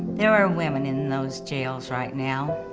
there are women in those jails right now.